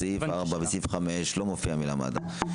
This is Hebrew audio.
בסעיף 4 ובסעיף 5 לא מופיעה המילה "מד"א".